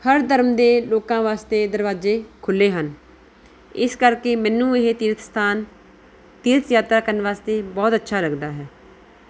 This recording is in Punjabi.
ਹਰ ਧਰਮ ਦੇ ਲੋਕਾਂ ਵਾਸਤੇ ਦਰਵਾਜ਼ੇ ਖੁੱਲ੍ਹੇ ਹਨ ਇਸ ਕਰਕੇ ਮੈਨੂੰ ਇਹ ਤੀਰਥ ਸਥਾਨ ਤੀਰਥ ਯਾਤਰਾ ਕਰਨ ਵਾਸਤੇ ਬਹੁਤ ਅੱਛਾ ਲੱਗਦਾ ਹੈ